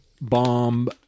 bomb